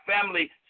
family